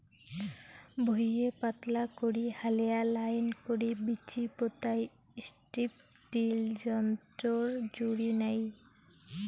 ভুঁইয়ে পাতলা করি হালেয়া লাইন করি বীচি পোতাই স্ট্রিপ টিল যন্ত্রর জুড়ি নাই